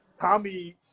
Tommy